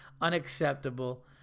Unacceptable